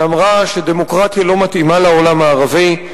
שאמרה שדמוקרטיה לא מתאימה לעולם הערבי.